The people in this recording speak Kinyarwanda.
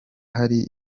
hari